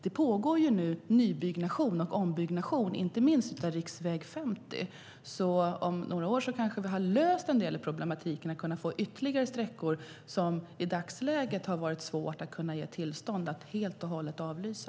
Det pågår nybyggnation och ombyggnation av riksväg 50, så om några år har vi kanske löst en del av problemet och kan få ytterligare sträckor bilfria som det i dagsläget har varit svårt att ge tillstånd att helt avlysa.